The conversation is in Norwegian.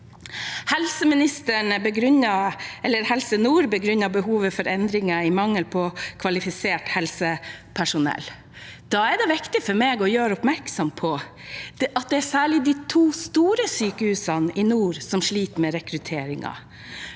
Helse Nord begrunner behovet for endringer med mangel på kvalifisert helsepersonell. Da er det viktig for meg å gjøre oppmerksom på at det særlig er de to store sykehusene i nord som sliter med rekrutteringen.